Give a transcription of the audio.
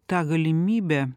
tą galimybę